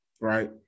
Right